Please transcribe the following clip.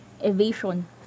evasion